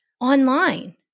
online